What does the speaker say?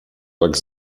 tak